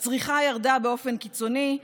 הצריכה ירדה באופן קיצוני,